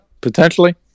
potentially